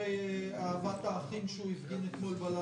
אחרי אהבת האחים שהוא הפגין אתמול בלילה.